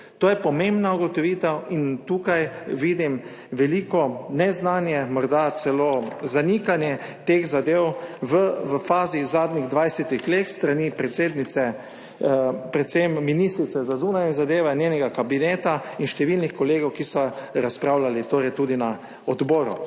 To je pomembna ugotovitev in tukaj vidim veliko neznanje, morda celo zanikanje teh zadev v fazi zadnjih 20. let s strani predsednice, predvsem ministrice za zunanje zadeve in njenega kabineta in številnih kolegov, ki so razpravljali, torej tudi na odboru.